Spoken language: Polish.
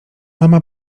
mama